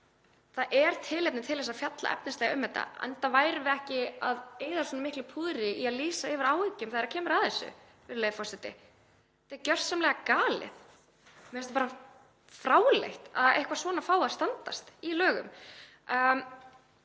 Það er tilefni til að fjalla efnislega um þetta, annars værum við ekki að eyða svona miklu púðri í að lýsa yfir áhyggjum þegar kemur að þessu, virðulegi forseti. Þetta er gjörsamlega galið. Mér finnst bara fráleitt að eitthvað svona fái að standa í lögum.